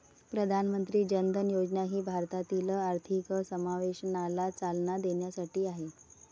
प्रधानमंत्री जन धन योजना ही भारतातील आर्थिक समावेशनाला चालना देण्यासाठी आहे